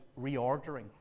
reordering